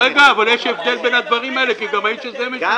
אבל יש הבדל בין הדברים האלה כי גם האיש הזה זקוק למקום חניה.